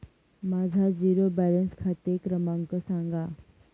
माझा zero balance खाते क्रमांक सांगा